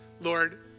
Lord